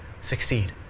succeed